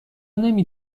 نمی